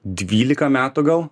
dvylika metų gal